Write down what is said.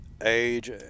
age